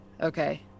Okay